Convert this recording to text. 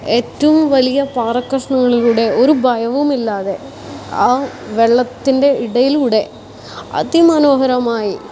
ഏറ്റവും വലിയ പാറക്കഷണങ്ങളിലൂടെ ഒരു ഭയവുമില്ലാതെ ആ വെള്ളത്തിൻ്റെ ഇടയിലൂടെ അതിമനോഹരമായി